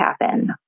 happen